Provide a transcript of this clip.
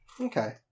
Okay